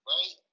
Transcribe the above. Right